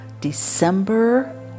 December